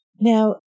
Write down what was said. Now